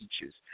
teachers